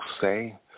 say